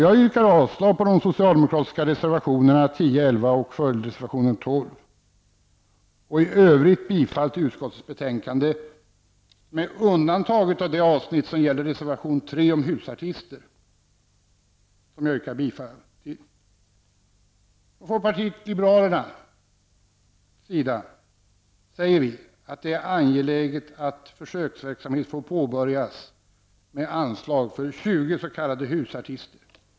Jag yrkar avslag på de socialdemokratiska reservationerna nr 10 och 11 samt följdreservationen nr 12 och i övrigt bifall till hemställan i utskottets betänkande med undantag av det avsnitt som gäller reservation 3 om husartister som jag yrkar bifall till. Folkpartiet liberalerna anser att det är angeläget att försöksverksamhet får påbörjas med anslag för 20 s.k. husartister.